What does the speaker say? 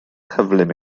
cyflym